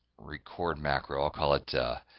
record macro. i'll call it,